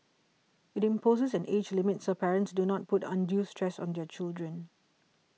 it imposes an age limit so parents do not put undue stress on their children